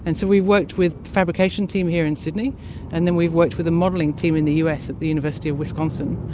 and so we worked with a fabrication team here in sydney and then we've worked with a modelling team in the us at the university of wisconsin,